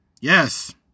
Yes